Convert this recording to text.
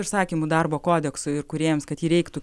užsakymų darbo kodeksui ir kūrėjams kad jį reiktų